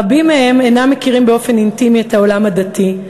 רבים מהם אינם מכירים באופן אינטימי את העולם הדתי,